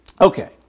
Okay